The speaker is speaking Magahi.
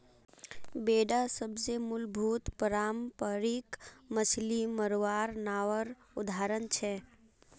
बेडा सबसे मूलभूत पारम्परिक मच्छ्ली मरवार नावर उदाहरण छे